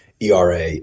ERA